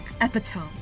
epitome